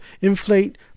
inflate